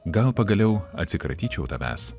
gal pagaliau atsikratyčiau tavęs